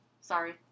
Sorry